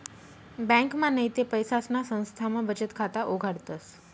ब्यांकमा नैते पैसासना संस्थामा बचत खाता उघाडतस